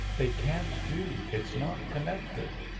they can't do! it's not connected!